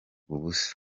ubusa